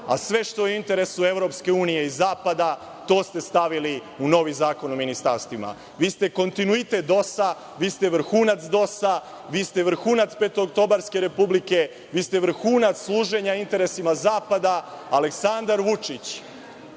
a sve što je u interesu EU i zapada, to ste stavili u novi Zakon o ministarstvima. Vi ste kontinuitet DOS-a, vi ste vrhunac DOS-a, vi ste vrhunac petooktobarske republike, vi ste vrhunac služenja interesima zapada. Aleksandar Vučić,